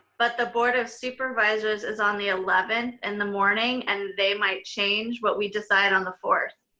but the board of supervisors is on the eleventh in the morning and they might change what we decide on the fourth.